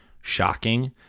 shocking